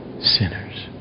Sinners